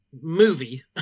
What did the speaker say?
movie